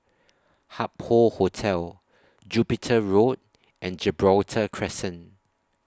Hup Hoe Hotel Jupiter Road and Gibraltar Crescent